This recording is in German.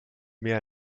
mehr